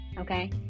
Okay